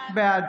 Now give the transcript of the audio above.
בעד